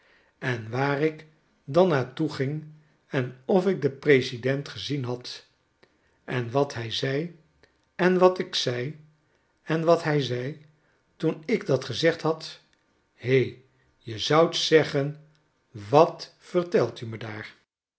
en waar ik dan naar toe ging en of ik den president gezien had en wat hij zei en wat ik zei en wat hij zei toen ik dat gezegd had he je zoudt zeggen wat vertelt u me daar